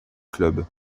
club